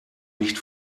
nicht